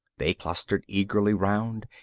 they clustered eagerly round,